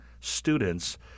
students